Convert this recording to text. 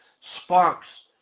sparks